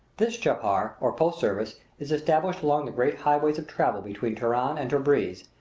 this chapar, or post-service, is established along the great highways of travel between teheran and tabreez,